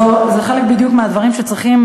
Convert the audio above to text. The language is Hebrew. זה חלק מהדברים שצריכים,